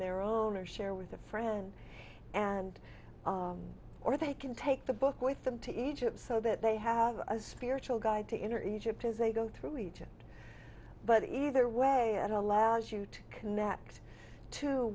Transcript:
their own or share with a friend and or they can take the book with them to egypt so that they have a spiritual guide to enter egypt as they go through egypt but either way it allows you to connect to